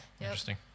Interesting